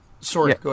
sorry